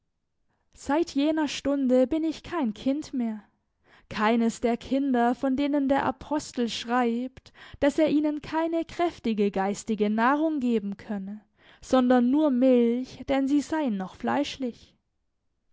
seit jener stunde bin ich kein kind mehr keines der kinder von denen der apostel schreibt daß er ihnen keine kräftige geistige nahrung geben könne sondern nur milch denn sie seien noch fleischlich